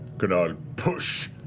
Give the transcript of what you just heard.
can i push?